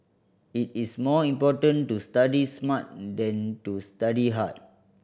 it is more important to study smart than to study hard